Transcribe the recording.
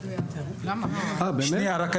באמת?